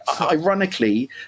ironically